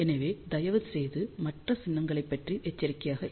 எனவே தயவுசெய்து மற்ற சின்னங்களைப் பற்றியும் எச்சரிக்கையாக இருங்கள்